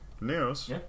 news